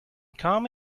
come